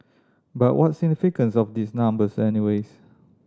but what's significance of these numbers any ways